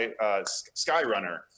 Skyrunner